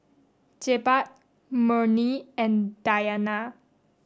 Jebat Murni and Dayana